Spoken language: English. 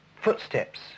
footsteps